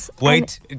wait